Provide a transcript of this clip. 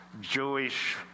Jewish